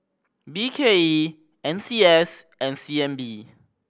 B K E N C S and C N B